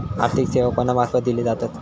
आर्थिक सेवा कोणा मार्फत दिले जातत?